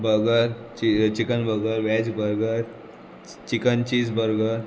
burger ची chicken burger veg burger chicken cheese burger